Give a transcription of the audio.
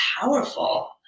powerful